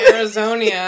Arizona